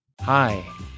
Hi